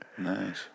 Nice